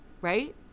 Right